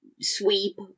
sweep